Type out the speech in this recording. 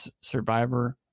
survivor